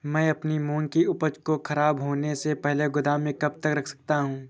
मैं अपनी मूंग की उपज को ख़राब होने से पहले गोदाम में कब तक रख सकता हूँ?